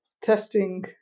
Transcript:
testing